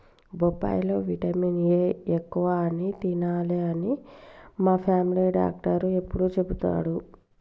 బొప్పాయి లో vitamin A ఎక్కువ అని తినాలే అని మా ఫామిలీ డాక్టర్ ఎప్పుడు చెపుతాడు